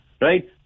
Right